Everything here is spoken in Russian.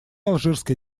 алжирская